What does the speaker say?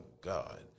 God